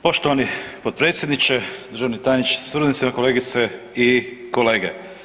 Poštovani potpredsjedniče, državni tajniče sa suradnicima, kolegice i kolege.